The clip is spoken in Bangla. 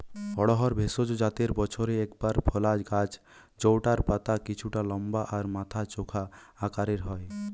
অড়হর ভেষজ জাতের বছরে একবার ফলা গাছ জউটার পাতা কিছুটা লম্বা আর মাথা চোখা আকারের হয়